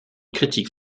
critiques